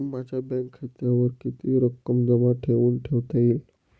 माझ्या बँक खात्यावर किती रक्कम जमा म्हणून ठेवता येईल?